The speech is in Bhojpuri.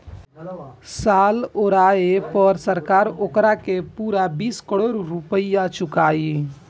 साल ओराये पर सरकार ओकारा के पूरा बीस करोड़ रुपइया चुकाई